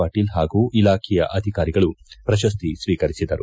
ಪಡಟೀಲ್ ಪಾಗೂ ಇಲಾಖೆಯ ಅಧಿಕಾರಿಗಳು ಪ್ರತಸ್ತಿ ಸ್ವೀಕರಿಸಿದರು